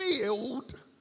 filled